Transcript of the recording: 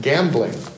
Gambling